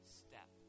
step